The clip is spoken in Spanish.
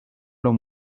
los